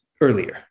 earlier